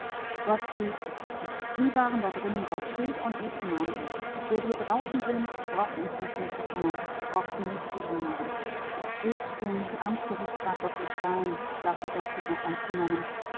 gottfried sie waren da drinnen gottfried und ich emanuel wer wir draußen sind braucht uns nicht mehr zu kümmern braucht sie nicht zu genieren ich bin amtsgerichtsrat dr stein sagte gottfried noch ganz benommen